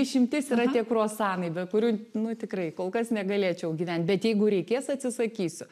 išimtis yra tie krosanai be kurių nu tikrai kol kas negalėčiau gyvent bet jeigu reikės atsisakysiu